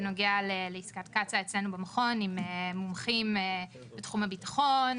בנוגע לעסקת קצא"א עם מומחים בתחום הביטחון,